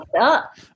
up